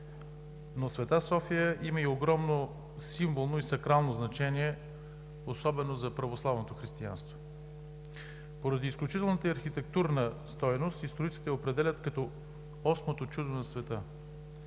но „Св. София“ има огромно символно и сакрално значение, особено за православното християнство. Поради изключителната ѝ архитектура историците я определят като „осмото чудо на света“.